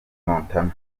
montana